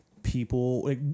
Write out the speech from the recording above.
people